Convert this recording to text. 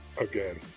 Again